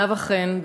נאוה חן,